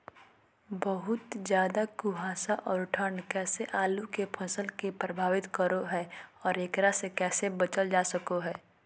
बहुत ज्यादा कुहासा और ठंड कैसे आलु के फसल के प्रभावित करो है और एकरा से कैसे बचल जा सको है?